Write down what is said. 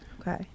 Okay